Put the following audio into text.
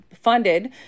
funded